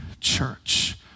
church